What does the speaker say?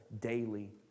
daily